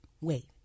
wait